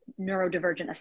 neurodivergent